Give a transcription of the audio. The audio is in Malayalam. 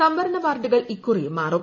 സംവരണ വാർഡുകൾ ഇക്കുറിയും മാറും